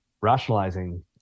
rationalizing